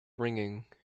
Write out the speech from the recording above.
ringing